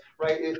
right